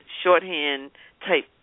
shorthand-type